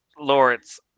Lawrence